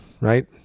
right